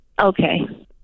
Okay